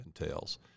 entails